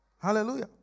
Hallelujah